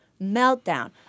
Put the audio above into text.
meltdown